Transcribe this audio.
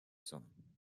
zone